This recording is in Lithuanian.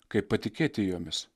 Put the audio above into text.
kaip patikėti jomis